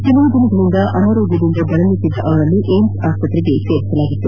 ಕೆಲ ದಿನಗಳಿಂದ ಅನಾರೋಗ್ಯದಿಂದ ಬಳಲುತ್ತಿದ್ದ ಅವರನ್ನು ಏಮ್ಸ್ ಆಸ್ವತ್ರೆಗೆ ದಾಖಲಿಸಲಾಗಿತ್ತು